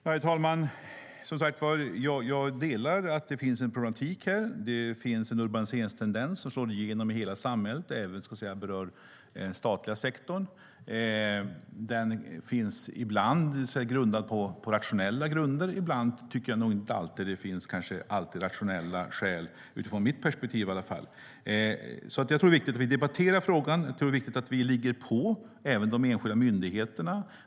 Herr talman! Jag håller alltså med om att det finns en problematik i detta sammanhang. Det finns en urbaniseringstendens som slår igenom i hela samhället och även berör den statliga sektorn. Ibland finns det rationella skäl till det. Men ibland tycker jag inte, i alla fall inte utifrån mitt perspektiv, att det finns rationella skäl till det. Därför är det viktigt att vi debatterar frågan och ligger på även de enskilda myndigheterna.